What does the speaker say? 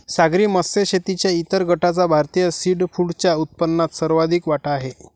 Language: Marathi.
सागरी मत्स्य शेतीच्या इतर गटाचा भारतीय सीफूडच्या उत्पन्नात सर्वाधिक वाटा आहे